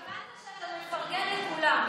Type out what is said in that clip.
התכוונת שאתה מפרגן לכולם.